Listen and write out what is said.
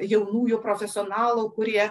jaunųjų profesionalų kurie